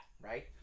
right